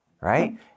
right